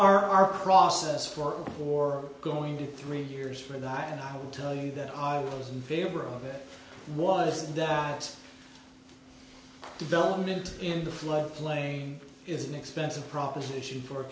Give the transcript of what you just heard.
are our process for war going to three years for that and i will tell you that i was in favor of it was that development in the flood plain is an expensive proposition for